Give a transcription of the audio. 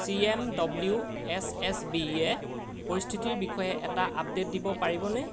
C M W S S B য়ে পৰিস্থিতিৰ বিষয়ে এটা আপডেট দিব পাৰিবনে